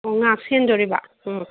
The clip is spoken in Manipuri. ꯑꯣ ꯉꯥꯛ ꯁꯦꯟꯗꯣꯔꯤꯕ ꯎꯝ